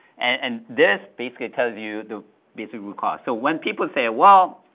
and this basically tells you the basic root cause. so when people say, well,